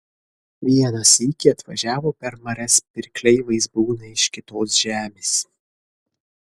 vieną sykį atvažiavo per marias pirkliai vaizbūnai iš kitos žemės